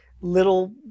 little